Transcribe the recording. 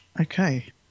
Okay